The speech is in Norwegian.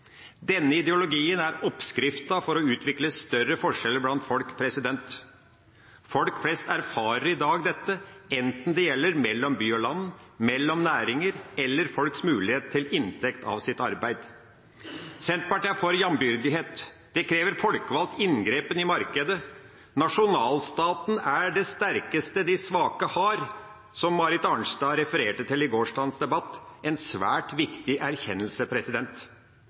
Denne ideologien er oppskriften for å utvikle større forskjeller blant folk. Folk flest erfarer i dag dette, enten det gjelder mellom by og land, mellom næringer eller folks mulighet til inntekt av sitt arbeid. Senterpartiet er for jambyrdighet. Det krever folkevalgt inngripen i markedet. Nasjonalstaten er det sterkeste de svake har, som Marit Arnstad refererte til i gårsdagens debatt. Det er en svært viktig erkjennelse.